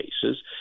cases